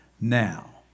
now